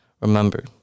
Remember